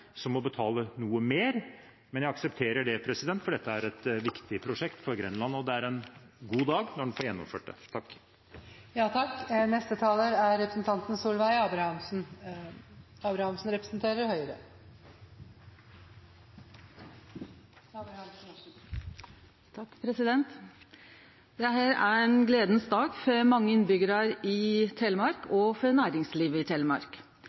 færre må betale noe mer, men jeg aksepterer det fordi dette er et viktig prosjekt for Grenland, og det er en god dag når det er gjennomført. Dette er ein gledeleg dag for mange innbyggjarar og for næringslivet i Telemark.